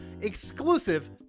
Exclusive